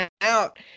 out